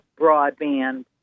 broadband